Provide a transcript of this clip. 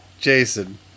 Jason